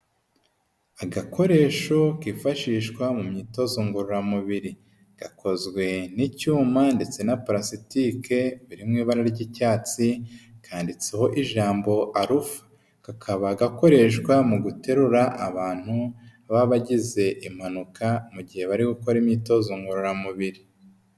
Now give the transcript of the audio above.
Agakoresho kifashishwa mu myitozo ngororamubiri gakozwe n'icyuma ndetse na parasitike iri mu ibara ry'icyatsi kandiditseho ijambo arufa kakaba gakoreshwa mu guterura abantu babagize impanuka mu gihe bari gukora imyitozo ngororamubiri.